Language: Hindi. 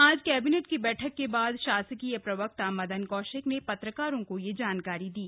आज कैबिनेट की बैठक के बाद शासकीय प्रवक्ता मदन कौशिक ने पत्रकारों को यह जानकारी दी